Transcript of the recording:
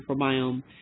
microbiome